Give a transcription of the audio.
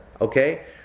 Okay